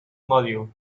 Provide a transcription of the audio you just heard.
module